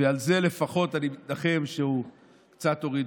ובזה לפחות אני מתנחם, שהוא קצת הוריד.